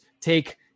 take